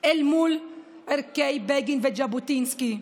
אל מול ערכי בגין וז'בוטינסקי.